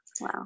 wow